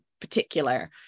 particular